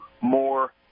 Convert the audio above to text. more